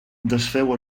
desfeu